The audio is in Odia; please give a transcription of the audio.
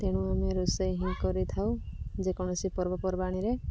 ତେଣୁ ଆମେ ରୋଷେଇ ହିଁ କରିଥାଉ ଯେକୌଣସି ପର୍ବପର୍ବାଣିରେ